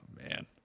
man